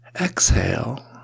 exhale